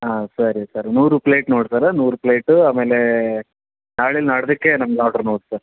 ಹಾಂ ಸರಿ ಸರ್ ನೂರು ಪ್ಲೇಟ್ ನೋಡಿ ಸರ್ ನೂರು ಪ್ಲೇಟು ಆಮೇಲೆ ನಾಳೆ ನಾಡಿದ್ದಕ್ಕೆ ನಮ್ಗೆ ಆರ್ಡ್ರ್ ನೋಡಿ ಸರ್